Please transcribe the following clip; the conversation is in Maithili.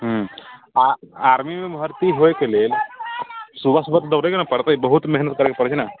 ह्म्म आ आर्मीमे भर्ती होइके लेल सुबह सुबह दौड़ैके पड़तै बहुत मेहनत करैके पड़ते ने